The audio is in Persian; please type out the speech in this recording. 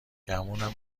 گمونم